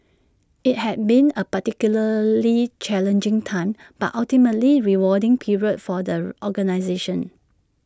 IT had been A particularly challenging time but ultimately rewarding period for the organisation